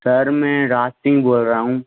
sir मैं राज सिंह बोल रहा हूँ